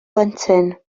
blentyn